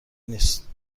نیست